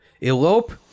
Elope